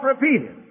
repeated